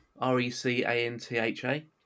R-E-C-A-N-T-H-A